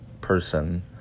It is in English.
person